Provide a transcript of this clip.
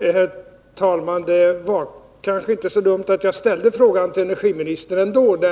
Herr talman! Det var kanske inte så dumt att jag ställde frågan till energiministern ändå, ty